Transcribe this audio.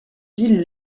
villes